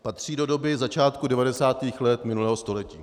Patří do doby začátku 90. let minulého století.